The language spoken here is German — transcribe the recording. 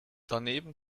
daneben